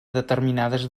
determinades